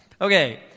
Okay